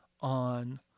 on